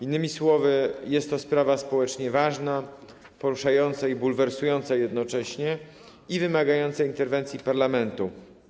Innymi słowy, jest to sprawa społecznie ważna, poruszająca i bulwersująca jednocześnie i wymagająca interwencji parlamentu.